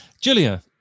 Julia